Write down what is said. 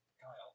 Kyle